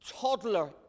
toddler